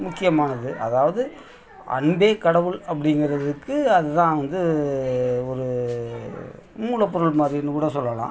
முக்கியமானது அதாவது அன்பே கடவுள் அப்படிங்கிறதுக்கு அது தான் வந்து ஒரு மூலப்பொருள் மாதிரின்னு கூட சொல்லலாம்